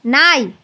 நாய்